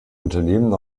unternehmen